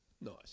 Nice